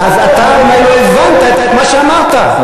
אז אתה אולי לא הבנת את מה שאמרת,